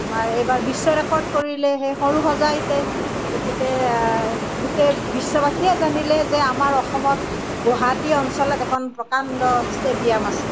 আমাৰ এইবাৰ বিশ্ব ৰেকৰ্ড কৰিলে সেই সৰুসজাইতে গতিকে গোটেই বিশ্ববাসীয়ে জানিলে যে আমাৰ অসমত গুৱাহাটী অঞ্চলত এখন প্ৰকাণ্ড ষ্টেডিয়াম আছে